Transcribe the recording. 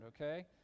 okay